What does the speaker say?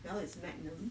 well it's magnum